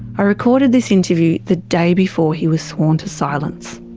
i recorded this interview the day before he was sworn to silence.